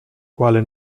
quale